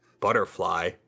butterfly